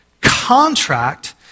Contract